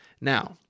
Now